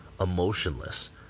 emotionless